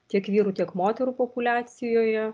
tiek vyrų tiek moterų populiacijoje